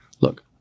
Look